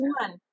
one